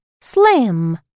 Slim